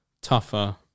tougher